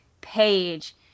page